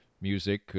music